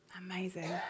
Amazing